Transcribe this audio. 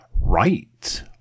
Right